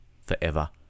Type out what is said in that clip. forever